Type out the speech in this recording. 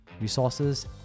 resources